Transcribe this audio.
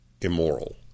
immoral